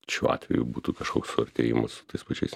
šiuo atveju būtų kažkoks suartėjimas su tais pačiais